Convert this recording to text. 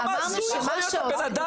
כמה הזוי יכול להיות בן אדם,